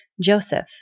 Joseph